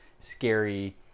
scary